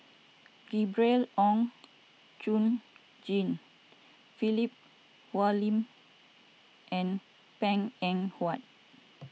Gabriel Oon Chong Jin Philip Hoalim and Png Eng Huat